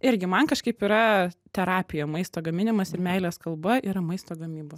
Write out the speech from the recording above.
irgi man kažkaip yra terapija maisto gaminimas ir meilės kalba yra maisto gamyba